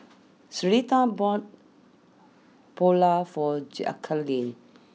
Syreeta bought Pulao for Jacalyn